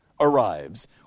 arrives